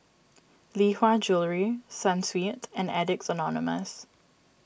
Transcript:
Lee Hwa Jewellery Sunsweet and Addicts Anonymous